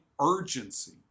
urgency